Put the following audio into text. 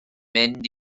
mynd